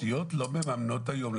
התשתיות לא מממנות היום,